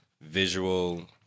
visual